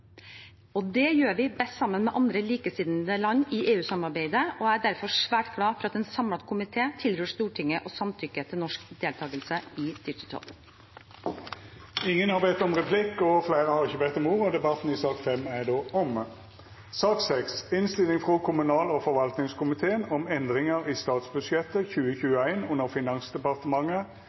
og det gjør vi best sammen med andre likesinnede land i EU-samarbeidet. Jeg er derfor svært glad for at en samlet komité tilrår Stortinget å samtykke i norsk deltakelse i DIGITAL. Fleire har ikkje bedt om ordet til sak nr. 5. Etter ynske frå kommunal- og forvaltingskomiteen vi presidenten ordna debatten